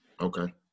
Okay